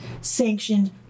sanctioned